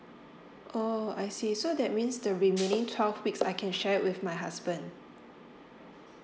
oh I see so that means the remaining twelve weeks I can share with my husband